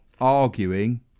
arguing